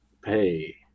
pay